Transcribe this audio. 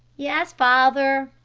yes, father,